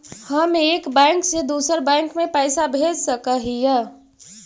हम एक बैंक से दुसर बैंक में पैसा भेज सक हिय?